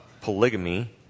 polygamy